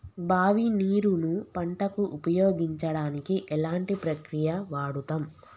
బావి నీరు ను పంట కు ఉపయోగించడానికి ఎలాంటి ప్రక్రియ వాడుతం?